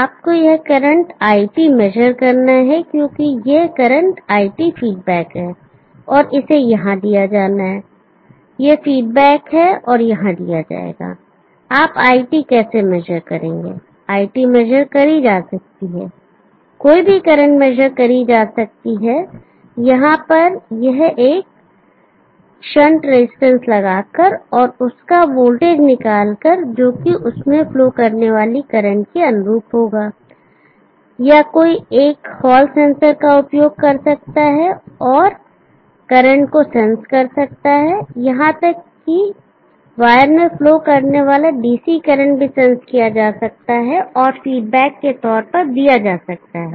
आपको यह current iT measure करना है क्योंकि यह करंट iT फीडबैक है और इसे यहां दिया जाना है यह फीडबैक है और यहां दिया जाएगाआप iT कैसे मेजर करेंगे iT मेजर करी जा सकती है कोई भी करंट मेजर करी जा सकती है यहां पर एक शंट रेसिस्टर लगाकर और उसका वोल्टेज निकालकर जोकि उसमें फ्लो करने वाली करंट के अनुरूप है या कोई एक हॉल सेंसर का उपयोग कर सकता है और करंट को सेंस कर सकता है यहां तक कि वायर मैं फ्लो करने वाला डीसी करंट भी सेंस किया जा सकता है और फीडबैक के तौर पर दिया जा सकता है